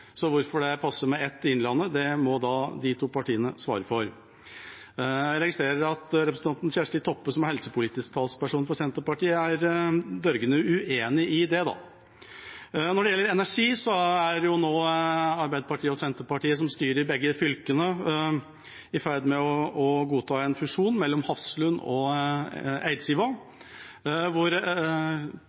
så hvorfor det passer med ett i Innlandet, må de to partiene svare for. Jeg registrerer at representanten Kjersti Toppe, som er helsepolitisk talsperson for Senterpartiet, er dørgende uenig i det. Når det gjelder energi, er Arbeiderpartiet og Senterpartiet, som styrer begge fylkene, i ferd med å godta en fusjon mellom Hafslund og Eidsiva,